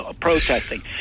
protesting